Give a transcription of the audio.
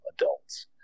adults